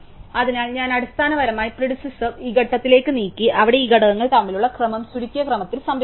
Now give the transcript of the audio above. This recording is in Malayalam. അതിനാൽ ഞാൻ അടിസ്ഥാനപരമായി പ്രിഡിസെസാർ ഈ ഘട്ടത്തിലേക്ക് നീക്കി അവിടെ ഈ ഘടകങ്ങൾ തമ്മിലുള്ള ക്രമം ചുരുക്കിയ ക്രമത്തിൽ സംരക്ഷിക്കുന്നു